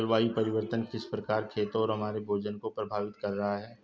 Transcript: जलवायु परिवर्तन किस प्रकार खेतों और हमारे भोजन को प्रभावित कर रहा है?